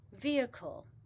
vehicle